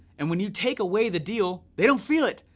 and when you take away the deal, they don't feel it.